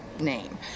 name